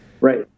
Right